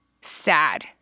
sad